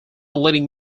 leading